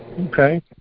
Okay